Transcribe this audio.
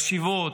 בשבעות.